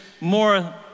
more